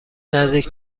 نزدیک